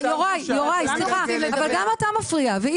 אדון מייצג את רשות אלאור.